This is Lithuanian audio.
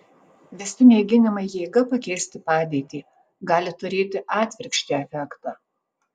visi mėginimai jėga pakeisti padėtį gali turėti atvirkščią efektą